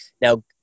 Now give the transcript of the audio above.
Now